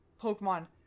pokemon